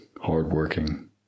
hardworking